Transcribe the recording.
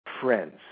friends